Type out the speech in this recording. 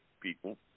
people